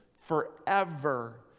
forever